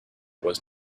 was